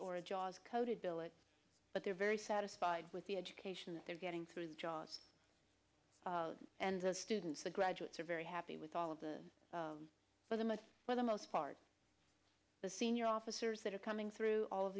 or a jaws coated billet but they're very satisfied with the education that they're getting through the jobs and the students the graduates are very happy with all of the for the most for the most part the senior officers that are coming through all of